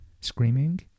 Screaming